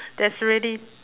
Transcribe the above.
that's already